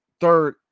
third